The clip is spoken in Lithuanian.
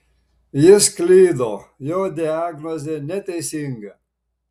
jis klydo jo diagnozė neteisinga